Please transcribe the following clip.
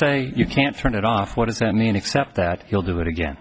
say you can't turn it off what does that mean except that he'll do it again